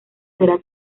será